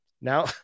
Now